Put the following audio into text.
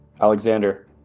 Alexander